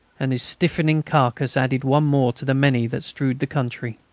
and his stiffening carcase added one more to the many that strewed the country.